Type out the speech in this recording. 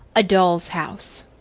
a doll's house,